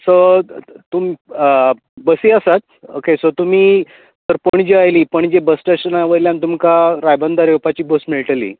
so तुम बसीं आसात ओके सो तुमी पणजे आयली पणजे बस स्टेशना वयल्यान तुमकां रायबंदर येवपाची बस मेळटली ओके